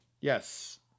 Yes